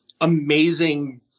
amazing